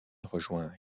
rejoint